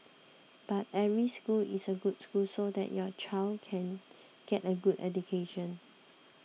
but every school is a good school so that your child can get a good education